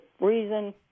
reason